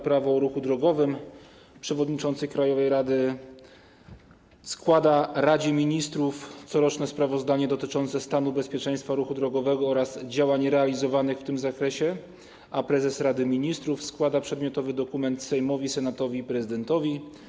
Prawo o ruchu drogowym przewodniczący krajowej rady składa Radzie Ministrów coroczne sprawozdanie dotyczące stanu bezpieczeństwa ruchu drogowego oraz działań realizowanych w tym zakresie, a prezes Rady Ministrów składa przedmiotowy dokument Sejmowi, Senatowi i Prezydentowi.